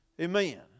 Amen